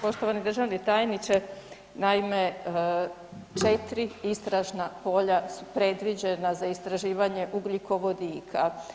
Poštovani državni tajniče, naime 4 istražna polja su predviđena za istraživanje ugljikovodika.